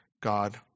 God